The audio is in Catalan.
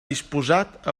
disposat